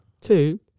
Two